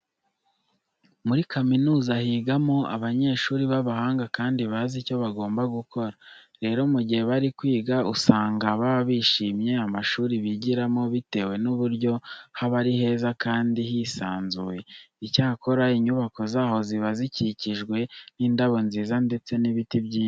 Muri kaminuza higamo abanyeshuri b'abahanga kandi bazi icyo bagomba gukora. Rero mu gihe bari kwiga usanga baba bishimiye amashuri bigiramo bitewe n'uburyo haba ari heza kandi hisanzuye. Icyakora inyubako zaho ziba zikikijwe n'indabo nziza ndetse n'ibiti byinshi.